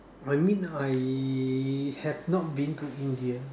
I mean I have not been to India